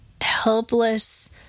helpless